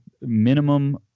minimum